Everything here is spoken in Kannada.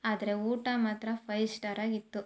ಆದರೆ ಊಟ ಮಾತ್ರ ಫೈವ್ ಸ್ಟಾರ್ ಆಗಿತ್ತು